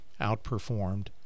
outperformed